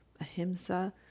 ahimsa